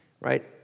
right